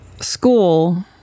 School